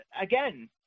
again